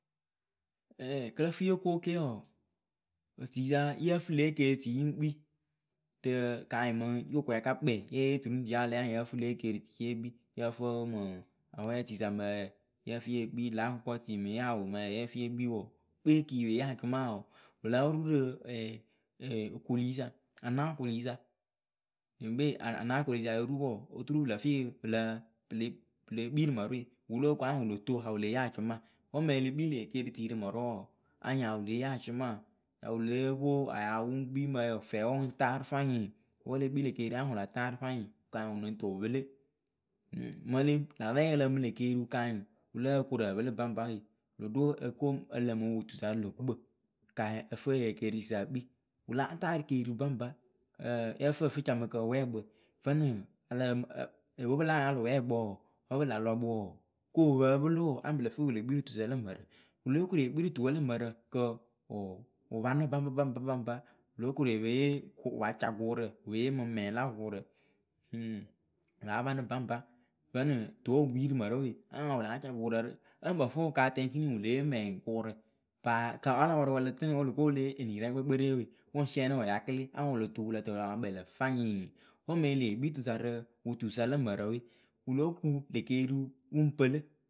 kɨ yɨ fɨ yokoke wɔɔ otuisa yɨ fɨ lě ekeritui yɨŋ kpii. rɨ kanyɩŋ mɨŋ yooko yaka kp yeyee turiŋtu yaalɛ anyɩŋ yɨ fɨ lě ekeritui yekpii yǝ fɨ mɨŋ aw tuisa mǝyǝǝ yǝfɨ yekpii lǎ akʊkɔtui mɨŋ yawʊ mǝyǝǝ yǝ fɨ yekpii wɔɔ kpe kɨ wɨ pe yee acɔma wɔɔ wɨlǝ rurɨ okolisa anaa kolisa yɨŋkpe anaa kolisa yoru oturu pɨlǝ fɩyɩ pɨlǝ pɨle pɨle kpii rɨ mǝrɨwe wɨwɨ lóo koŋ anyɩŋ wɨ lo to yawɨ lée yee acʊma wǝ mɨŋ elekpii le ekeritui rɨ mɨrɨwe wɔɔ anyɩŋwɨ ya leyee acʊma ya wɨle pwo ayaa wɨŋ kpii mǝyǝǝ fɛwe wɨŋ taarɨ fayɩŋ wǝ elekpii lekeriwu anyɩŋ wɨla raarɨ fayɩŋ kanyɩ wɨ lɨŋ tɨ wɨ pɨlɨ mɨŋ ele larɛŋ ǝlǝǝmɨ lekeriwu kanyɩŋ wɨlǝ korɨ pɨlɨ baŋba we wɨlo ɖo ǝko kanyɩŋ ǝlǝmɨ wɨ tusa rɨ lö gukpǝ. Kaɛ ǝfɨ ye kerisa ekpii wɨ láa taarɨ keriwu baŋba yǝ fɨ ǝfɨcamɨkǝ wkpǝ vǝnɨŋ ǝlǝǝmɨ epwe pɨ láa yaalɨ wkpǝ wɔɔ vǝ pɨla lɔkpɨ wɔɔ ko wɨ pǝǝ pɨlɨ wɔɔ anyɩŋ pɨlǝ fɨ pɨ le kpii rɨ tusa lǝ mǝrǝ wɨle koru ekpi rɨ tuwe lǝ mǝrǝ kɨ wʊ wɨ panɨ baŋba baŋba baŋba baŋba wɨlo kore epeyee kɨ wɨ pa ca gʊʊrǝ wɨ pe yee mɨŋ mɛŋ la gʊʊrǝ. wɨ la panɨ baŋba vǝnɨŋ tuwe wɨ kpii rɨ mǝrɨwe we anyɩŋ wɨ ya wɨla ca gʊʊrǝ rɨ ǝŋ bǝ fɨwʊ katɛŋ kiniŋ wɨle yee mɛŋkʊʊrǝ paaa wala pɔrʊwǝ ǝlǝ tɨnɨ wǝ wɨ loko wɨ lée yee enirɛŋ kpekperee we awɨŋ sɩɛnɩ wɨ yakɩlɛ anyɩŋ lotuu wɨ lǝ tɨ wɨ la pa kpɛ lǝ fayɩŋ wǝ mɨŋ e lee kpii tusa rɨ wɨ tusa lǝ mǝrǝ we wɨ lóo kuŋ lë keriwu wɨŋ pɨlɨ.